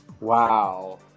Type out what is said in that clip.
Wow